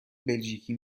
بلژیکی